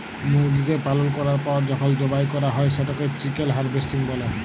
মুরগিকে পালল ক্যরার পর যখল জবাই ক্যরা হ্যয় সেটকে চিকেল হার্ভেস্টিং ব্যলে